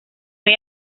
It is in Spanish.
hay